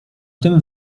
tym